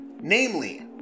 namely